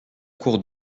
cour